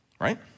right